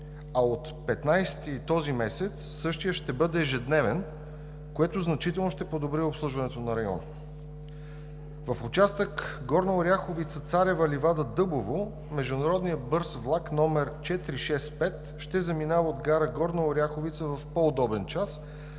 а от 15-и този месец същият ще бъде ежедневен, което значително ще подобри обслужването на района. В участък Горна Оряховица – Царева ливада – Дъбово международният бърз влак № 465 ще заминава от гара Горна Оряховица в по-удобен час